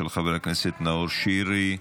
של חבר הכנסת נאור שירי.